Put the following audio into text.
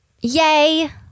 yay